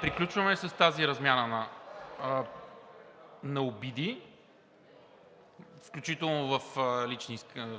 Приключваме с тази размяна на обиди, включително в